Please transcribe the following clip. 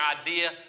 idea